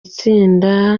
itsinda